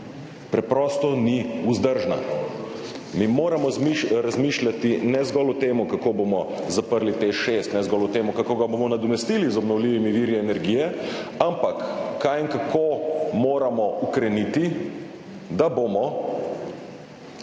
preprosto ni vzdržna. Mi moramo razmišljati ne zgolj o tem, kako bomo zaprli TEŠ 6, ne zgolj o tem, kako ga bomo nadomestili z obnovljivimi viri energije, ampak kaj in kako moramo ukreniti, da bomo